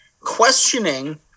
questioning